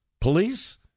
police